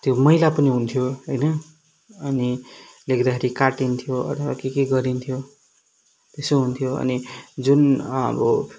त्यो मैला पनि हुन्थ्यो होइन अनि लेख्दाखेरि काटिन्थ्यो अथवा के के गरिन्थ्यो त्यस्तो हुन्थ्यो अनि जुन अब